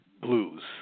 blues